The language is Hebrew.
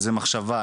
איזו מחשבה,